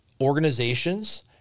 Organizations